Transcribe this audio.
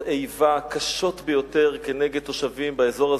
איבה קשות ביותר כנגד תושבים באזור הזה.